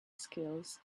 skills